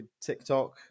TikTok